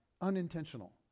unintentional